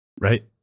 right